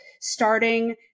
starting